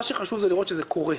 מה שחשוב הוא לראות שזה קורה,